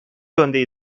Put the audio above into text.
yönde